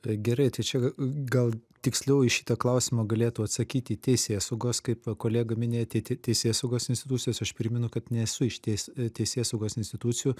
tai gerai tai čia gal tiksliau į šitą klausimą galėtų atsakyti teisėsaugos kaip kolega minė ti teisėsaugos institucijas aš primenu kad nesu iš teis teisėsaugos institucijų